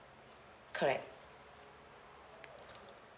correct